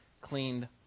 cleaned